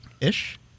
ish